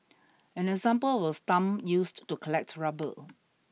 an example of a stump used to collect rubber